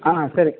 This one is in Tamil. ஆ சரி